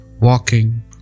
walking